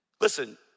Listen